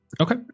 Okay